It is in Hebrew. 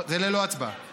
זה ללא הצבעה.